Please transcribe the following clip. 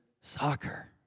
soccer